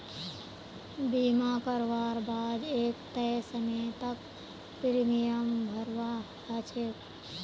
बीमा करवार बा द एक तय समय तक प्रीमियम भरवा ह छेक